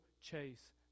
chase